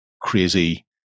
crazy